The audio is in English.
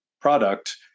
product